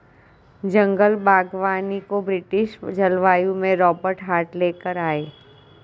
जंगल बागवानी को ब्रिटिश जलवायु में रोबर्ट हार्ट ले कर आये